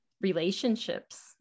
relationships